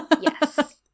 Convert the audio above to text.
yes